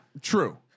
True